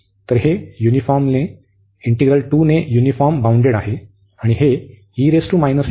तर हे युनिफॉर्मने हे इंटिग्रल 2 ने युनिफॉर्म बाउंडेड आहे